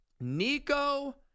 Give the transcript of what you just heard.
Nico